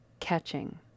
catching